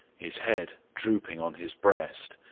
his head drooping on his breast,